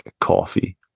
coffee